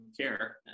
care